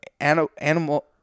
animal